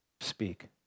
speak